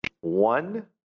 one